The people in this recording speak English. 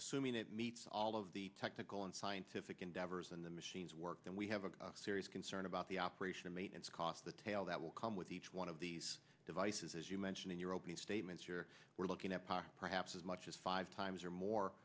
assuming it meets all of the technical and scientific endeavors and the machines work then we have a serious concern about the operation and maintenance cost the tail that will come with each one of these devices as you mentioned in your opening statements here we're looking at perhaps as much as five times or more